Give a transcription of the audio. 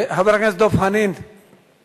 בבקשה, יש